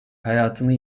hayatını